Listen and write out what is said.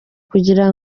kugira